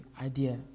idea